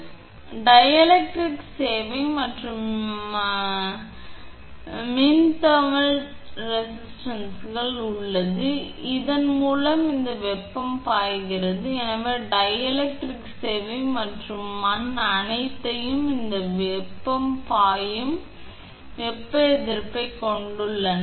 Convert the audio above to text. எனவே டைஎலக்ட்ரிக் சேவை மற்றும் மண் தெர்மல் ரெசிஸ்டன்ஸ் கொண்டுள்ளது இதன் மூலம் இந்த வெப்பம் பாய்கிறது எனவே டைஎலக்ட்ரிக் சேவை மற்றும் மண் அனைத்தும் இந்த வெப்பம் பாயும் வெப்ப எதிர்ப்பு எதிர்ப்பைக் கொண்டுள்ளன